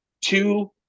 two